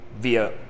via